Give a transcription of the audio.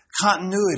continuity